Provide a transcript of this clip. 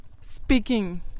speaking